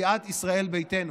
לסיעת ישראל ביתנו